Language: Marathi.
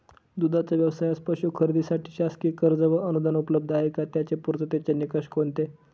दूधाचा व्यवसायास पशू खरेदीसाठी शासकीय कर्ज व अनुदान उपलब्ध आहे का? त्याचे पूर्ततेचे निकष कोणते?